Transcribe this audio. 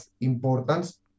importance